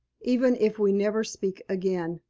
even if we never speak again.